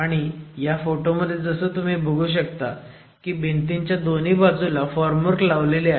आणि ह्या फोटोमध्ये जसं तुम्ही बघू शकता भिंतीच्या दोन्ही बाजूला फॉर्म वर्क लावलेले आहे